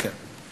כן, כן.